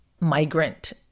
migrant